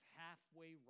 halfway